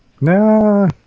No